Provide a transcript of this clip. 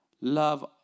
love